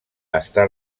està